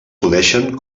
coneixen